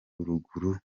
ruguru